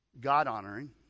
God-honoring